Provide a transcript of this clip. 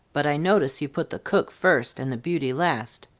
but i notice you put the cook first and the beauty last.